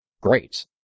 great